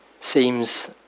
seems